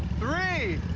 three,